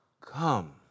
Come